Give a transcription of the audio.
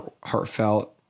heartfelt